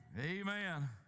Amen